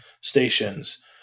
stations